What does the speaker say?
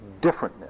differentness